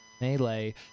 melee